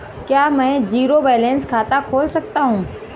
क्या मैं zero balance खाता खोल सकता हूँ?